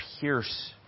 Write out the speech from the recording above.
pierce